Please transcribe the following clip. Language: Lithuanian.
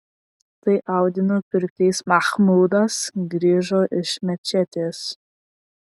tai audinių pirklys machmudas grįžo iš mečetės